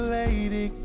lady